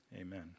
amen